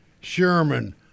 Sherman